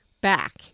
back